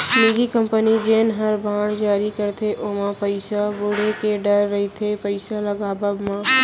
निजी कंपनी जेन हर बांड जारी करथे ओमा पइसा बुड़े के डर रइथे पइसा लगावब म